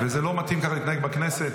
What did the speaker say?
וזה לא מתאים להתנהג ככה בכנסת.